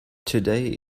today